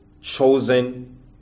chosen